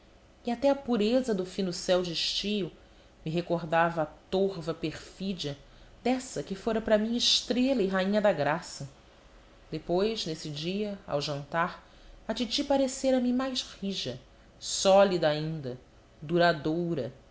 e até a pureza do fino céu de estio me recordava a torva perfídia dessa que fora para mim estrela e rainha da graça depois nesse dia ao jantar a titi parecera me mais rija sólida ainda duradoura